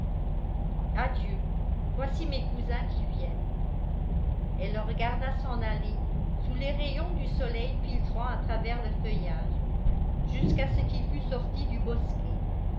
adieu voici mes cousins qui viennent elle le regarda s'en aller sous les rayons du soleil filtrant à travers le feuillage jusqu'à ce qu'il fût sorti du bosquet